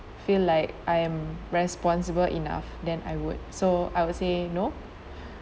feel like I am responsible enough then I would so I would say no